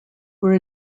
were